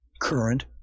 current